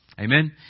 Amen